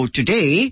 today